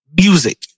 music